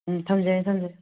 ꯎꯝ ꯊꯝꯖꯔꯦ ꯊꯝꯖꯔꯦ